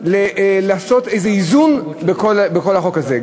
לעשות איזה איזון בכל החוק הזה.